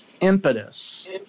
impetus